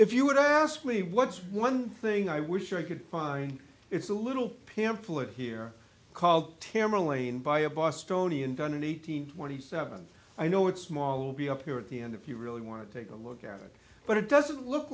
if you would ask me what's one thing i wish i could find it's a little pamphlet here called tamra lane by a bostonians on an eight hundred twenty seven i know it's small will be up here at the end if you really want to take a look at it but it doesn't look